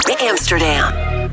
Amsterdam